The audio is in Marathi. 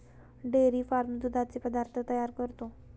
डेअरी फार्म दुधाचे पदार्थ तयार करतो